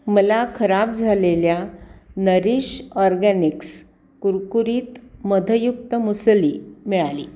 मला खराब झालेल्या नरीश ऑरगॅनिक्स कुरकुरीत मधयुक्त मुसली मिळाली